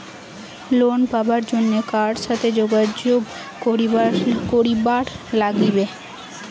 Loan পাবার জন্যে কার সাথে যোগাযোগ করিবার লাগবে?